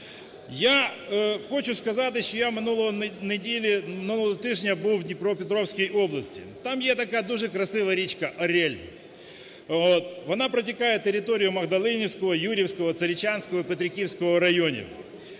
Я хочу сказати, що я минулої неділі… минулого тижня був у Дніпропетровській області. Там є така дуже красива річка – Оріль. Вона протікає територію Магдалинівського, Юр'ївського, Царичанського і Петриківського районів.